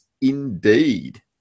indeed